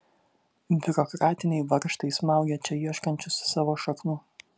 biurokratiniai varžtai smaugia čia ieškančius savo šaknų